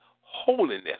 holiness